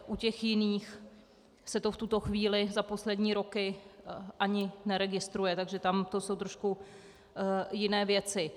U těch jiných se to v tuto chvíli za poslední roky ani neregistruje, takže tam to jsou trošku jiné věci.